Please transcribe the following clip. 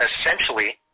essentially